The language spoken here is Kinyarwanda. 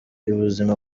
ubuzima